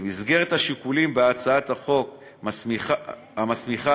במסגרת השיקולים שהצעת החוק מסמיכה